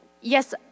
yes